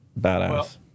badass